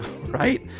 right